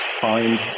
find